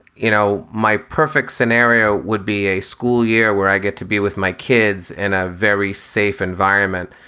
you know, my perfect scenario would be a school year where i get to be with my kids in a very safe environment.